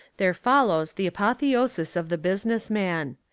there follows the apotheosis of the business man.